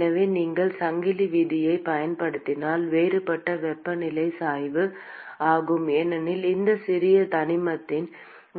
எனவே நீங்கள் சங்கிலி விதியைப் பயன்படுத்தினால் வேறுபட்ட வெப்பநிலை சாய்வு 0 ஆகும் ஏனெனில் இந்த சிறிய தனிமத்தின்